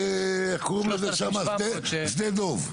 איך קוראים לזה שם, שדה דב.